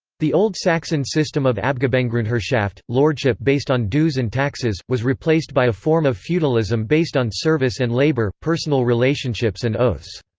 the old saxon system of abgabengrundherrschaft, lordship based on dues and taxes, was replaced by a form of feudalism based on service and labour, personal relationships and oaths.